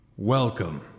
Welcome